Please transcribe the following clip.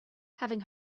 having